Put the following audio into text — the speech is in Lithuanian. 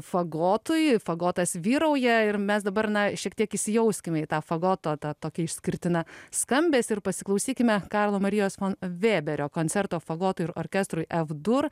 fagotui fagotas vyrauja ir mes dabar na šiek tiek įsijauskime į tą fagoto tą tokį išskirtiną skambesį ir pasiklausykime karlo marijos vėberio koncerto fagotui ir orkestrui f dur